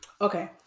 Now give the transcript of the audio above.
okay